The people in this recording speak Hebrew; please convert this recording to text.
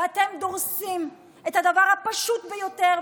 ואתם דורסים את הדבר הפשוט ביותר,